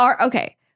Okay